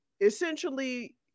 essentially